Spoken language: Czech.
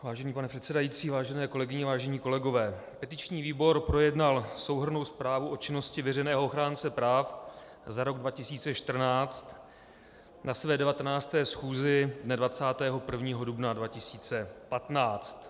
Vážený pane předsedající, vážené kolegyně, vážení kolegové, petiční výbor projednal souhrnnou zprávu o činnosti veřejného ochránce práv za rok 2014 na své 19. schůzi dne 21. dubna 2015.